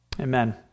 Amen